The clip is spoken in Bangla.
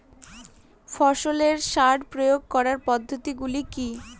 ফসলের সার প্রয়োগ করার পদ্ধতি গুলো কি কি?